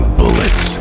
bullets